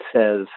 says